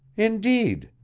indeed?